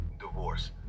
divorce